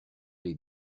les